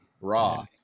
raw